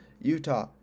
Utah